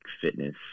fitness